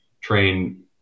train